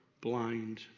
blind